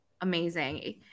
amazing